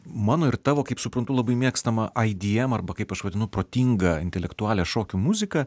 mano ir tavo kaip suprantu labai mėgstamą ai di em arba kaip aš vadinu protingą intelektualią šokių muziką